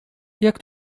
jak